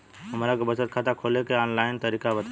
हमरा के बचत खाता खोले के आन लाइन तरीका बताईं?